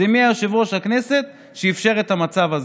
זה מי היה יושב-ראש הכנסת שאפשר את המצב הזה.